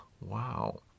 Wow